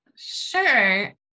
Sure